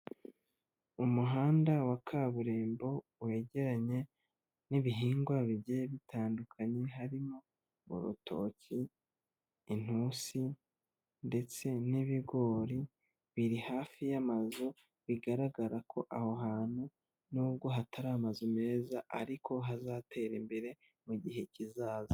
Umuhanda wa kaburimbo wegeranye n'ibihingwa bigiye bitandukanye, harimo urutoki, intusi ndetse n'ibigori biri hafi y'amazu, bigaragara ko aho hantu n'ubwo hatari amazu meza ariko hazatera imbere mu gihe kizaza.